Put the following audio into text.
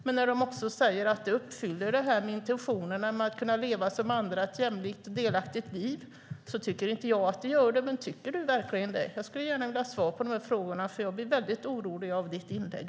Men när man också säger att intentionerna om att kunna leva ett jämlikt och delaktigt liv som andra uppfylls tycker jag inte att det är så. Tycker du det? Jag skulle gärna vilja ha svar på dessa frågor eftersom jag blir mycket orolig över ditt inlägg.